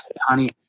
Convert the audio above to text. honey